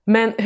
Men